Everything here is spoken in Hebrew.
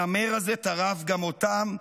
הנמר הזה טרף גם אותם.